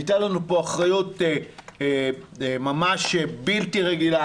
הייתה לנו פה אחריות ממש בלתי רגילה.